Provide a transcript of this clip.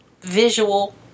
visual